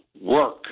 work